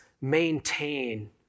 maintain